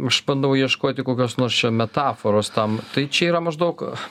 aš bandau ieškoti kokios nors čia metaforos tam tai čia yra maždaug